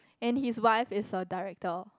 and his wife is a director